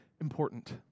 important